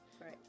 Right